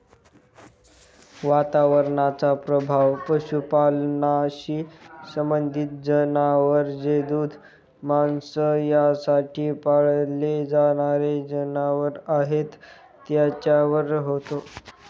वातावरणाचा प्रभाव पशुपालनाशी संबंधित जनावर जे दूध, मांस यासाठी पाळले जाणारे जनावर आहेत त्यांच्यावर होतो